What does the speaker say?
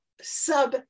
sub-